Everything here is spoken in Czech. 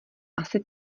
asi